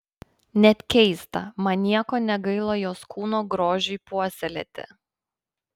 net keista man nieko negaila jos kūno grožiui puoselėti